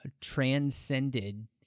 transcended